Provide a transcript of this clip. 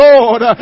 Lord